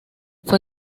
fue